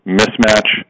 mismatch